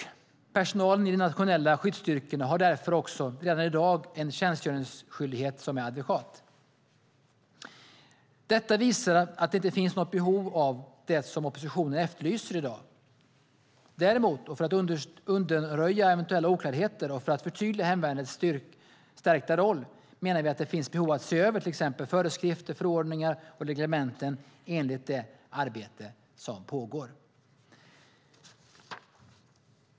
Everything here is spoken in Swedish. Personalen i de nationella skyddsstyrkorna har därför också redan i dag en tjänstgöringsskyldighet som är adekvat. Detta visar att det inte finns något behov av det som oppositionen efterlyser i dag. Däremot - för att undanröja eventuella oklarheter och för att förtydliga hemvärnets stärkta roll - menar vi att det finns behov av att se över till exempel föreskrifter, förordningar och reglementen enligt det arbete som pågår.